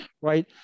Right